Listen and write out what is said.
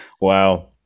Wow